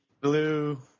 blue